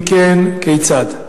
3. אם כן, כיצד?